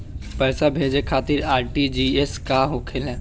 पैसा भेजे खातिर आर.टी.जी.एस का होखेला?